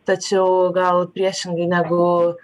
tačiau gal priešingai negu